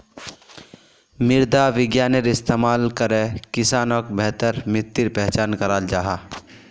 मृदा विग्यानेर इस्तेमाल करे किसानोक बेहतर मित्तिर पहचान कराल जाहा